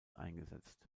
eingesetzt